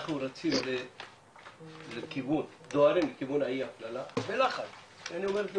אנחנו דוהרים לכיוון אי-ההפללה, בלחץ של